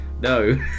No